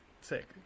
sick